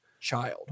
child